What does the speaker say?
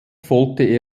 folgte